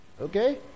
Okay